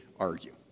argue